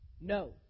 No